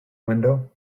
window